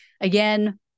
Again